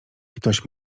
ktoś